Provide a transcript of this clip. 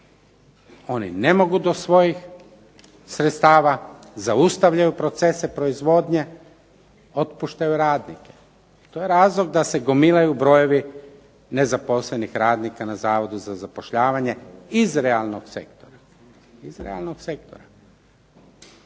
Oni ne mogu do svojih sredstava, zaustavljaju procese proizvodnje, otpuštaju radnike. To je razlog da se gomilaju brojevi nezaposlenih radnika na zavodu za zapošljavanju iz realnog sektora.